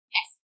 Yes